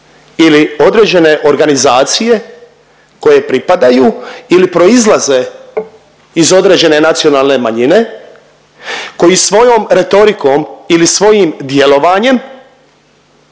ili određene organizacije koje pripadaju ili proizlaze iz određene nacionalne manjine, koji svojom retorikom ili svojim djelovanjem